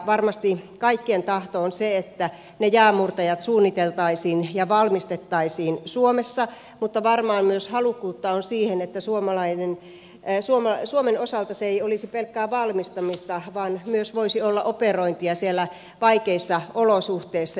varmasti kaikkien tahto on se että ne jäänmurtajat suunniteltaisiin ja valmistettaisiin suomessa mutta varmaan halukkuutta on myös siihen että suomen osalta se ei olisi pelkkää valmistamista vaan voisi olla myös operointia siellä vaikeissa olosuhteissa